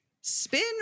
spin